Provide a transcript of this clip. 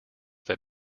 that